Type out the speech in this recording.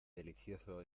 delicioso